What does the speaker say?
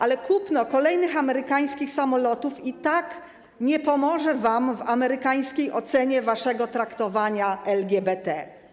Ale kupno kolejnych amerykańskich samolotów i tak nie pomoże wam w amerykańskiej ocenie waszego traktowania LGBT.